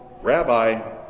Rabbi